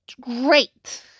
great